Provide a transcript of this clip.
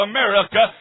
America